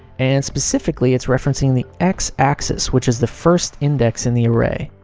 and specifically, it's referencing the x axis, which is the first index in the array.